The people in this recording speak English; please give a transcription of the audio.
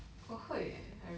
我会 eh